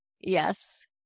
yes